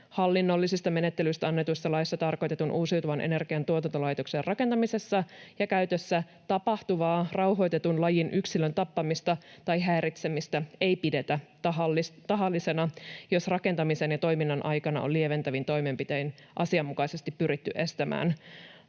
hallinnollisista menettelyistä annetussa laissa tarkoitetun uusiutuvan energian tuotantolaitoksen rakentamisessa ja käytössä tapahtuvaa rauhoitetun lajin yksilön tappamista tai häiritsemistä ei pidetä tahallisena, jos rakentamisen ja toiminnan aikana on lieventävin toimenpitein asianmukaisesti pyritty estämään